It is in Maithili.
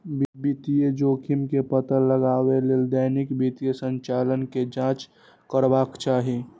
वित्तीय जोखिम के पता लगबै लेल दैनिक वित्तीय संचालन के जांच करबाक चाही